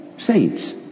saints